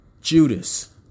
Judas